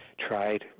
Tried